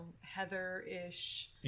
Heather-ish